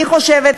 אני חושבת,